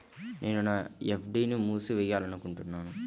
నేను నా ఎఫ్.డీ ని మూసివేయాలనుకుంటున్నాను